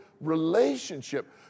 relationship